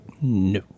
No